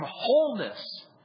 wholeness